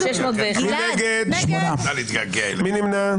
מי נמנע?